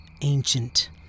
ancient